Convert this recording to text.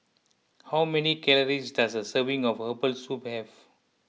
how many calories does a serving of Herbal Soup have